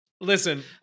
Listen